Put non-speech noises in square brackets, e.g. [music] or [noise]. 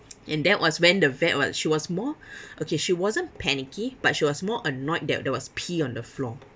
and that was when the vet was she was more [breath] okay she wasn't panicky but she was more annoyed that there was pee on the floor